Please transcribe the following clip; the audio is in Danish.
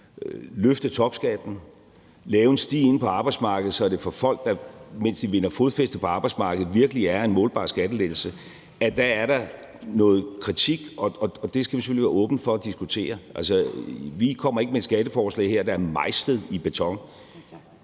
løfte topskatten og lave en sti ind på arbejdsmarkedet, så det for folk, mens de vinder fodfæste på arbejdsmarkedet, virkelig er en målbar skattelettelse. Og det skal vi selvfølgelig være åbne for at diskutere. Vi kommer ikke med et skatteforslag her, der er mejslet i beton.